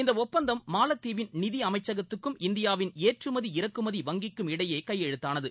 இந்த ஒப்பந்தம் மாலத்தீவின் நிதி அமைச்சகத்துக்கும் இந்தியாவின் ஏற்றுமதி இறக்குமதி வங்கிக்கும் இடையே கையெழுத்தானது